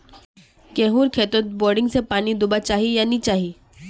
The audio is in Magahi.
गेँहूर खेतोत बोरिंग से पानी दुबा चही या नी चही?